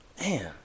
Man